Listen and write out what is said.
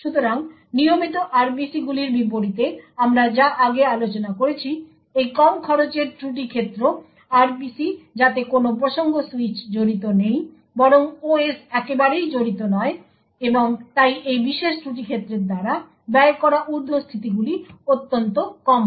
সুতরাং নিয়মিত RPCগুলির বিপরীতে যা আমরা আগে আলোচনা করেছি এই কম খরচের ত্রুটি ক্ষেত্র RPC যাতে কোনো প্রসঙ্গ সুইচ জড়িত নেই বরং OS একেবারেই জড়িত নয় এবং তাই এই বিশেষ ত্রুটি ক্ষেত্রের দ্বারা ব্যয় করা উর্ধস্থিতিগুলি অত্যন্ত কম হয়